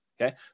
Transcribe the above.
Okay